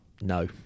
no